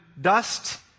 dust